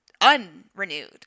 unrenewed